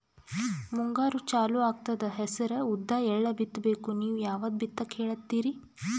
ಮುಂಗಾರು ಚಾಲು ಆಗ್ತದ ಹೆಸರ, ಉದ್ದ, ಎಳ್ಳ ಬಿತ್ತ ಬೇಕು ನೀವು ಯಾವದ ಬಿತ್ತಕ್ ಹೇಳತ್ತೀರಿ?